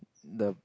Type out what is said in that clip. the